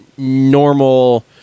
normal